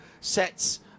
sets